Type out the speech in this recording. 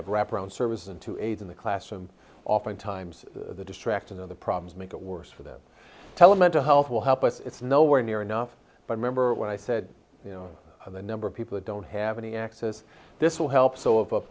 have wraparound services and to aid in the classroom oftentimes the distraction of the problems make it worse for them telling mental health will help us it's nowhere near enough but remember what i said you know the number of people who don't have any access this will help so of